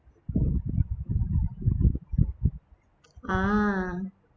ah